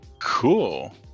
Cool